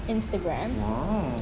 Instagram